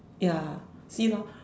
ya see loh